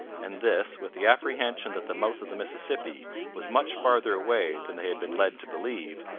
and this, with the apprehension that the mouth of the mississippi was much farther away than they had been led to believe,